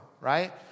right